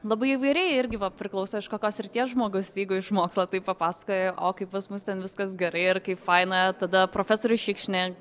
labai įvairiai irgi priklauso iš kokios srities žmogus jeigu iš mokslo tai papasakoji o kaip pas mus ten viskas gerai ar kaip faina tada profesorių šikšnį